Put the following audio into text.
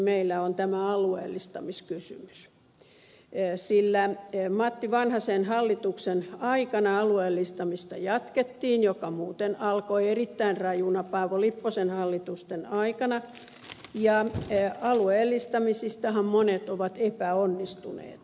meillä on tämä alueellistamiskysymys sillä matti vanhasen hallituksen aikana alueellistamista jatkettiin joka muuten alkoi erittäin rajuna paavo lipposen hallitusten aikana ja alueellistamisistahan monet ovat epäonnistuneet